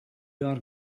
are